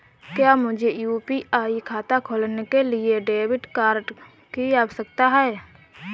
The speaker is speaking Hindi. क्या मुझे यू.पी.आई खाता खोलने के लिए डेबिट कार्ड की आवश्यकता है?